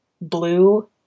blue